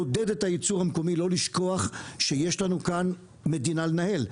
לעודד את הייצור המקומי לא לשכוח שיש לנו כאן מדינה לנהל.